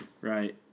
Right